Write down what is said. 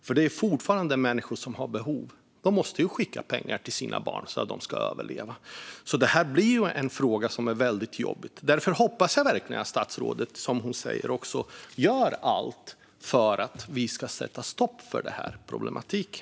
Det handlar fortfarande om människor som har behov; de måste skicka pengar till sina barn så att de överlever. Detta blir alltså en fråga som är väldigt jobbig, och därför hoppas jag verkligen att statsrådet gör allt - som hon säger att hon gör - för att vi ska kunna sätta stopp för den här problematiken.